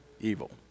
evil